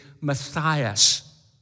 Matthias